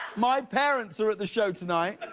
my parents are at the show tonight.